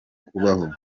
kubaho